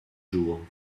jours